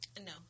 No